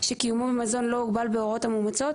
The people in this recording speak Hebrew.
שקיומו במזון לא הוגבל בהוראות המאומצות,